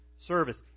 service